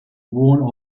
warn